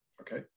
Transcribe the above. Okay